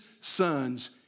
sons